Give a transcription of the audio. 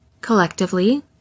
collectively